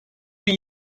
bin